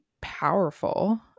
powerful